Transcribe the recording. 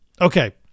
Okay